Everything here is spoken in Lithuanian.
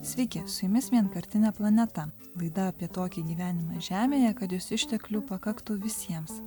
sveiki su jumis vienkartinė planeta laidą apie tokį gyvenimą žemėje kad jos išteklių pakaktų visiems